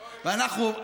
ואנחנו,